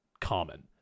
common